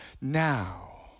now